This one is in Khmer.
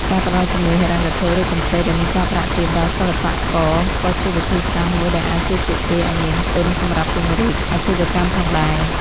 ការផ្តល់ជំនួយហិរញ្ញវត្ថុឬកម្ចីដែលមានការប្រាក់ទាបដល់សិប្បករក៏ជាវិធីសាស្ត្រមួយដែលអាចជួយពួកគេឱ្យមានទុនសម្រាប់ពង្រីកអាជីវកម្មផងដែរ។